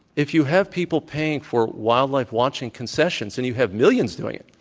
if you have people paying for wildlife watching concessions and you have millions doing it,